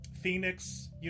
Phoenix